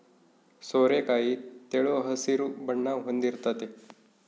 ಸೋರೆಕಾಯಿ ತೆಳು ಹಸಿರು ಬಣ್ಣ ಹೊಂದಿರ್ತತೆ